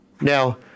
Now